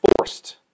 forced